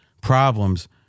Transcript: problems